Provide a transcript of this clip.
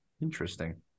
Interesting